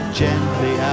gently